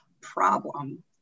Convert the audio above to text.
problem